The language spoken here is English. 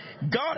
God